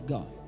God